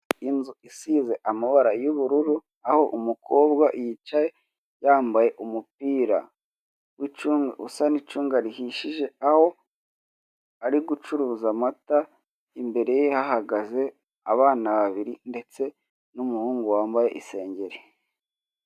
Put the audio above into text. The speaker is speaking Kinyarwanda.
Inzu isize amabara y'ubururu, aho umukobwa yicaye yambaye umupira w'icunga, usa n'icunga rihishije, aho ari gucuruza amata, imbere ye hahagaze abana babiri ndetse n'umuhungu wambaye isengeri.